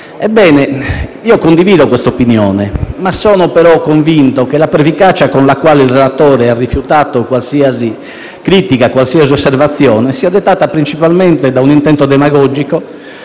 Ebbene, io condivido questa opinione, ma sono però convinto che la pervicacia con la quale il relatore ha rifiutato qualsiasi critica e osservazione sia dettata principalmente da un intento demagogico,